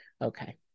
Okay